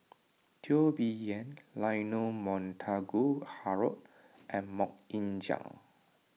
Teo Bee Yen Leonard Montague Harrod and Mok Ying Jang